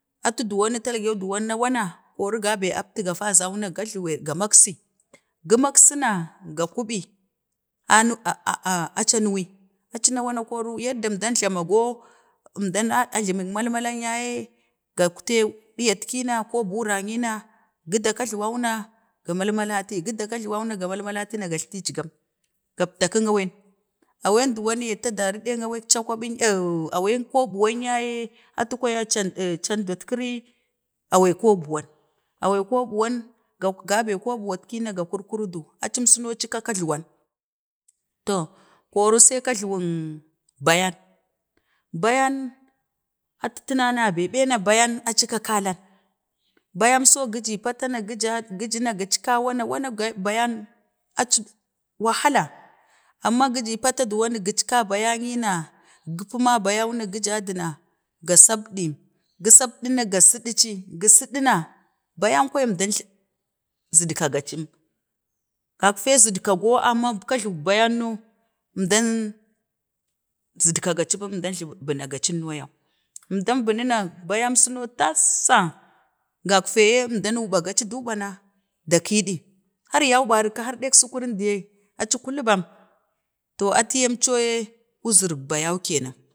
atu dowan, atu talgen nu nawana kori gabe aptak gapazana ga jluwan ga maksi, gu maksi na, ga kubii anu anu wi, aci nawana, koro yadda əmdan jlamag o əmdan na jlamin mai makan ya ye gattee ɗiyatkina ko bukran nyina, gidau kajluwani na ga malmalati, gədan kajluwa nina ga malmalati na gajlticgam, Gaptakən awain, awain ɗawan ya ta dari awan cakwaɓi, or awain koɓuwan ya ye, atu kwan atu kwaya can ja can kuri awai kobuwan, awai, kobuwan gabee kobuwatki na ga kurkuru du acum suni ka aci kajluwan to koro sai kajluwan bayan. Bayan atu tina nabai na ɓena, bayan aci ka kalan, bayan so siji patan na giji na gi ja na gika na wanan bayan aci waho la, amma giji pata duwonik gikka bayani na, gə puma bayani na goja duna ga sapdi, gi sapdi na ga siɗici, gi siɗi na bayan kwaya əmdan, zidkagacin, gaffee zidka go amma kajluwak bayan no əmdan zibka gaci man, əmdan bunagacin ənno yay əmdan, bunacin bayan cino tassa, gaffee əmdan nu ɓagaci duu ɓa na, da kidi har yau bari ka har ɗak sukurin diye aci kulum bem, to atu yam ce yee uzirik bayan ke nan.